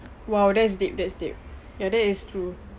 !wow! that is deep that is deep ya that is true